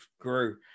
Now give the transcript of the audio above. grew